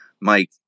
Mike